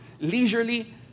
leisurely